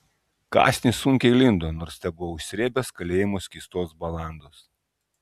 kąsnis sunkiai lindo nors tebuvau užsrėbęs kalėjimo skystos balandos